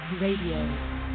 Radio